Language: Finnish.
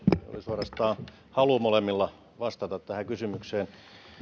suorastaan halu molemmilla vastata tähän kysymykseen